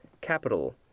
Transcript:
capital